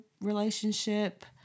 relationship